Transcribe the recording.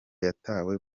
yatawe